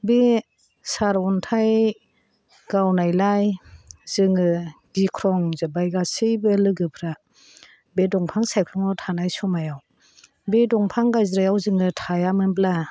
बे सार अन्थाय गावनायलाय जोङो गिख्रं जोब्बाय गासैबो लोगोफ्रा बे दंफां सायख्लुमाव थानाय समायाव बे दंफां गायज्रायाव जोङो थाया मोनब्ला